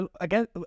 again